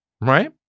Right